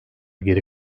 geri